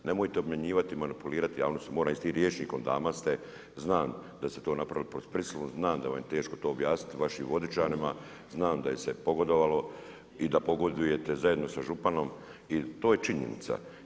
Nemojte obmanjivati i manipulirati javnost, moram istim rječnikom, dama ste, znam da ste to napravili pod prisilom, znam da vam je teško to objasniti vašim Vodičanima, znam da se pogodovalo, i da pogodujete zajedno sa županom i to je činjenica.